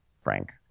frank